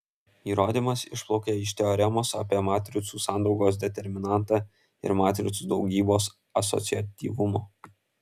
įrodymas išplaukia iš teoremos apie matricų sandaugos determinantą ir matricų daugybos asociatyvumo